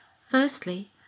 Firstly